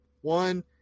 one